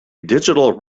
digital